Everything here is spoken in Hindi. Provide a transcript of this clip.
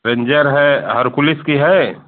रेंजर है हर्कुलिस की है